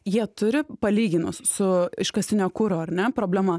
jie turi palyginus su iškastinio kuro ar ne problema